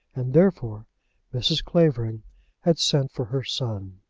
and therefore mrs. clavering had sent for her son.